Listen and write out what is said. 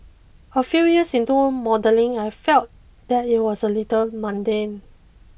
a few years into modelling I felt that it was a little mundane